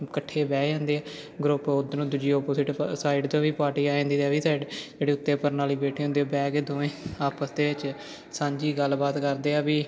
ਇਕੱਠੇ ਬਹਿ ਜਾਂਦੇ ਗਰੁੱਪ ਉੱਧਰ ਦੂਜੀ ਓਪੋਜਿਟ ਸਾਈਡ ਤੋਂ ਵੀ ਪਾਰਟੀ ਆ ਜਾਂਦੀ ਹੈ ਵੀ ਸਡ ਸਾਡੇ ਉੱਤੇ ਪ੍ਰਣਾਲੀ ਬੈਠੀ ਹੁੰਦੀ ਬਹਿ ਕੇ ਦੋਵੇਂ ਆਪਸ ਦੇ ਵਿੱਚ ਸਾਂਝੀ ਗੱਲਬਾਤ ਕਰਦੇ ਆ ਵੀ